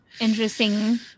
Interesting